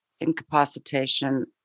incapacitation